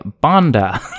banda